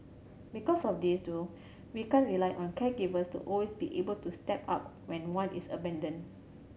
because of this though we can't rely on caregivers to always be able to step up when one is abandoned